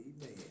Amen